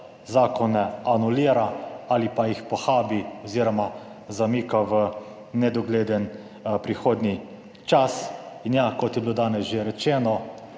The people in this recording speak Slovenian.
zakone anulira ali pa jih pohabi oziroma zamika v nedogleden prihodnji čas. In ja, kot je bilo danes že rečeno,